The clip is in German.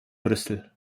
brüssel